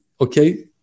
Okay